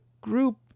group